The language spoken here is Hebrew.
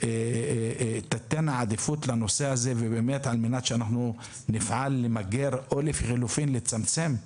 יתנו עדיפות לנושא הזה על-מנת שנפעל למגר או לחלופין לצמצם?